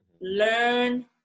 Learn